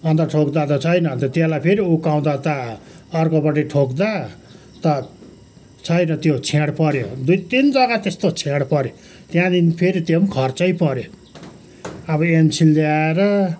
अन्त ठोक्दा त छैन त्यसलाई फेरि उकाउँदा त अर्कोपट्टि ठोक्दा त छैन त्यो छेड पर्यो दुई तिन जग्गा त्यस्तो छेड पर्यो त्यहाँदेखि त्यो पनि फेरि खर्चै पर्यो अब एमसिल ल्याएर